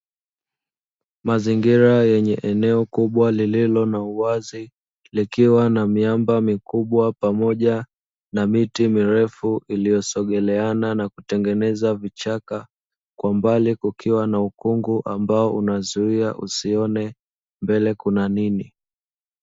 Mazingira yenye eneo kubwa lililo na uwazi, likiwa na miamba mikubwa pamoja na miti mirefu iliyosogeleana na kutengeneza vichaka kwa mbali kukiwa na ukungu ambao unazuia usione mbele kuna nini.